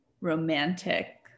romantic